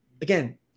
again